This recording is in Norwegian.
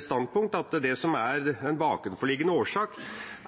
standpunkt at en bakenforliggende årsak